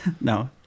No